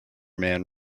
man